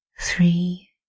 three